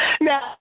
Now